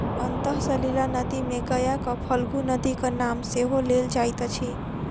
अंतः सलिला नदी मे गयाक फल्गु नदीक नाम सेहो लेल जाइत अछि